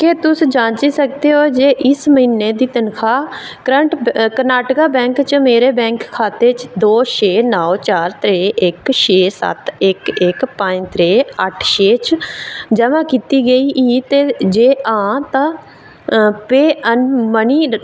केह् तुस जांची सकदे ओ जे इस म्हीने दी तन्खाह् करंट कर्नाटका बैंक च मेरे बैंक खाते च दो छे नौ चार त्रे इक छे सत्त इक इक पंज त्रे अट्ठ छे च जमा कीती गेई ही ते जे हां ता पे अन मनी